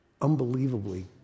unbelievably